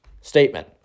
statement